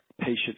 patient